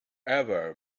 ever